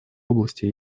области